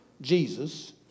Jesus